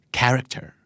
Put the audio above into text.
Character